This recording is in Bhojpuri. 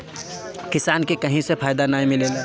किसान के कहीं से फायदा नाइ मिलेला